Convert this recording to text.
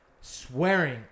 swearing